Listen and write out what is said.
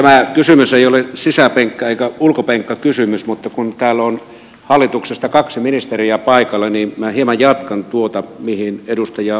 tämä kysymys ei ole sisäpenkka eikä ulkopenkkakysymys mutta kun täällä on hallituksesta kaksi ministeriä paikalla niin minä hieman jatkan tuosta mihin edustaja leppä lopetti